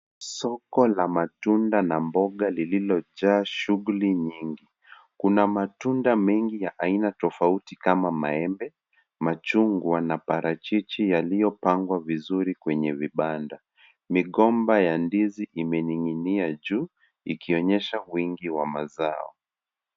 Soko la matunda na mboga lililojaa shughuli nyingi, kuna matunda mengi ya aina tofauti kama maembe, machungwa na parachichi yaliyopangwa vizuri kwenye vibanda. Migomba ya ndizi imening'inia juu, ikionyesha wingi wa mazao.